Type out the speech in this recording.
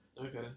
Okay